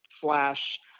flash